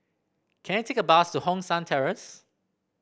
can I take a bus to Hong San Terrace